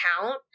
count